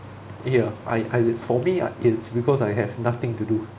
eh ya I I for me I it's because I have nothing to do